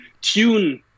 tune